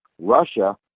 Russia